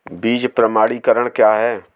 बीज प्रमाणीकरण क्या है?